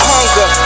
Hunger